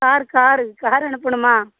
car car car அனுப்பணுமா